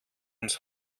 ins